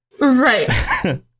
right